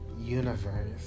universe